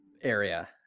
area